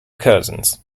cousins